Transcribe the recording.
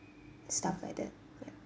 stuff like that yup